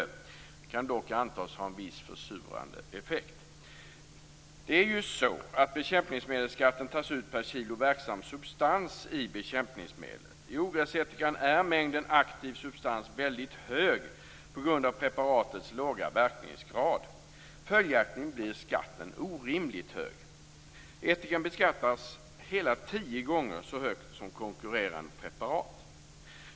De kan dock antas ha en viss försurande effekt. Det är ju så att bekämpningsmedelsskatten tas ut per kilo verksam substans i bekämpningsmedlet. I ogräsättikan är mängden aktiv substans väldigt hög på grund av preparatets låga verkningsgrad. Följaktligen blir skatten orimligt hög. Ättikan beskattas hela tio gånger så högt som konkurrerande preparat.